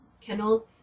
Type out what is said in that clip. kennels